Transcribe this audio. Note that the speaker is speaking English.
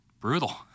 brutal